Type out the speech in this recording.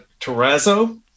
terrazzo